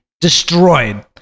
destroyed